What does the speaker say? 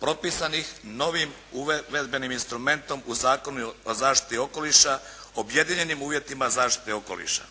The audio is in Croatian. propisanih novim uvedbenim instrumentom u Zakonu o zaštiti okoliša, objedinjenim uvjetima zaštite okoliša.